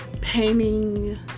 painting